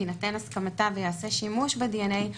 תינתן הסכמתה וייעשה שימוש בדנ"א,